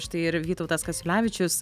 štai ir vytautas kasiulevičius